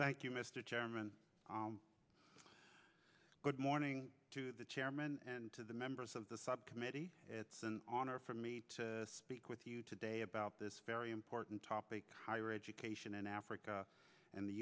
thank you mr chairman good morning to the chairman and to the members of the subcommittee it's an honor for me to speak with you today about this very important topic higher education in africa and the